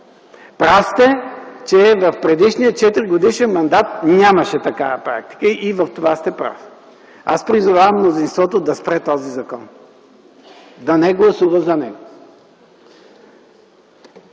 Прав сте, че в предишния четиригодишен мандат нямаше такава практика. И в това сте прав. Аз призовавам мнозинството да спре този закон, да не гласува за него.